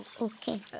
okay